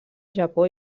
japó